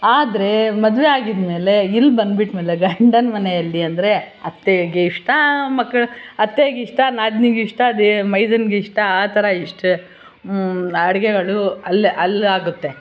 ಆದರೆ ಮದುವೆ ಆಗಿದ್ಮೇಲೆ ಇಲ್ಲಿ ಬಂದ್ಬಿಟ್ಮೇಲೆ ಗಂಡನ ಮನೆಯಲ್ಲಿ ಅಂದರೆ ಅತ್ತೆಗೆ ಇಷ್ಟ ಮಕ್ಳು ಅತ್ತೆಗಿಷ್ಟ ನಾದಿನಿಗಿಷ್ಟ ಅದೇ ಮೈದನಿಗಿಷ್ಟ ಆ ಥರ ಇಷ್ಟ ಅಡಿಗೆಗಳು ಅಲ್ಲೇ ಅಲ್ಲಿ ಆಗತ್ತೆ